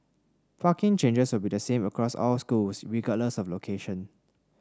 parking charges will be the same across all schools regardless of location